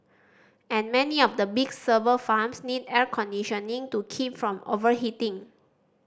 and many of the big server farms need air conditioning to keep from overheating